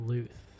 Luth